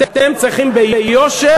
אתם צריכים ביושר,